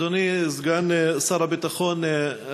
אדוני סגן שר הביטחון,